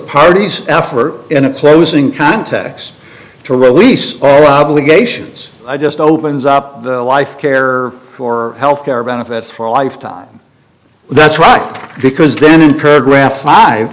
parties effort in a closing context to release all obligations i just opens up the life care for health care benefits for a lifetime that's right because then